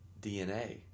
DNA